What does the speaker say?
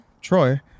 Troy